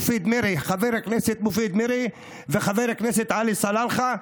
חבר הכנסת מופיד מרעי וחבר הכנסת עלי סלאלחה,